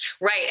Right